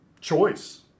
choice